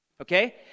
Okay